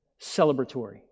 celebratory